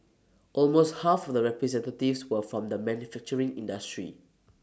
almost half of the representatives were from the manufacturing industry